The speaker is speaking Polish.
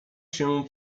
się